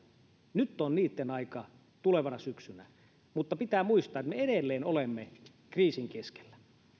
nyt tulevana syksynä on niitten aika mutta pitää muistaa että me edelleen olemme kriisin keskellä